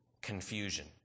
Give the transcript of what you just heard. confusion